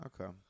Okay